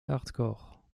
hardcore